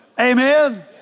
Amen